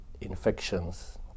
infections